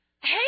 Hey